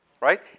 Right